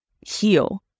heal